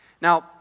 Now